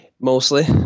mostly